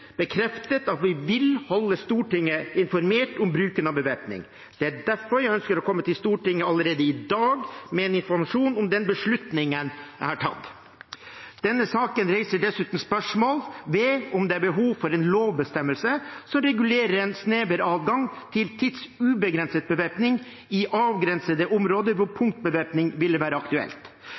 bekreftet at vi vil holde Stortinget informert om bruken av bevæpning. Det er derfor jeg ønsker å komme til Stortinget allerede i dag med informasjon om den beslutningen jeg har tatt. Denne saken reiser dessuten spørsmål ved om det er behov for en lovbestemmelse som regulerer en snever adgang til tidsubegrenset bevæpning i avgrensede områder hvor punktbevæpning vil være aktuelt.